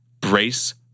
Brace